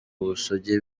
ubusugi